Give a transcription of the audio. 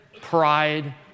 pride